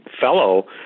fellow